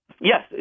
Yes